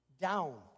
down